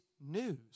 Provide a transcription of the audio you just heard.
news